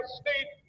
state